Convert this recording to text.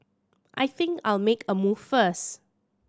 I think I'll make a move first